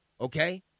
Okay